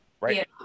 Right